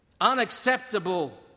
unacceptable